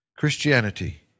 Christianity